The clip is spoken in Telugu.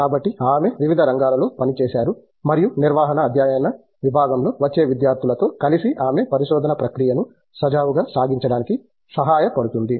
కాబట్టి ఆమె వివిధ రంగాలలో పని చేశారు మరియు నిర్వహణ అధ్యయన విభాగంలో వచ్చే విద్యార్థులతో కలిసి ఆమె పరిశోధన ప్రక్రియను సజావుగా సాగించడానికి సహాయపడుతుంది